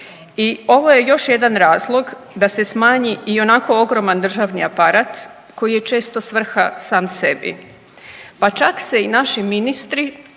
I ovo je još jedan razlog da se smanji ionako ogroman državni aparat koji je često svrha sam sebi, pa čak se i naši ministri